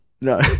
No